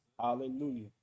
Hallelujah